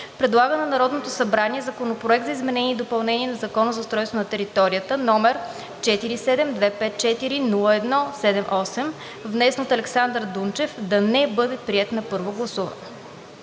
предлага на Народното събрание Законопроект за изменение и допълнение на Закона за устройство на територията, № 47-254-01-78, внесен от Александър Дунчев, да не бъде приет на първо гласуване;